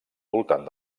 voltant